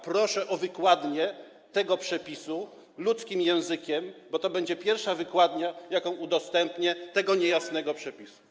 Proszę o wykładnię tego przepisu ludzkim językiem, bo to będzie pierwsza wykładnia, jaką udostępnię, tego niejasnego przepisu.